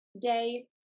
day